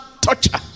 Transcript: torture